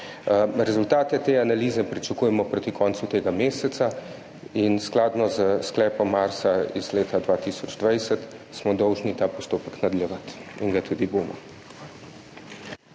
Rezultate te analize pričakujemo proti koncu tega meseca in skladno s sklepom Arsa iz leta 2020, smo dolžni ta postopek nadaljevati in ga tudi bomo.